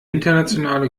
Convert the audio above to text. internationale